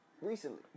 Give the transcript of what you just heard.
recently